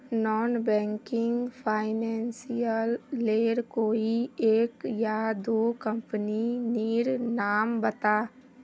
Non banking financial लेर कोई एक या दो कंपनी नीर नाम बता?